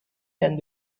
can